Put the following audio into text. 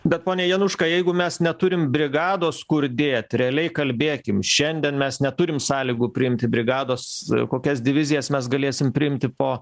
bet pone januška jeigu mes neturim brigados kur dėt realiai kalbėkim šiandien mes neturim sąlygų priimti brigados kokias divizijas mes galėsim priimti po